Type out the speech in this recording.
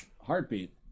heartbeat